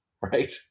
right